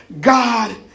God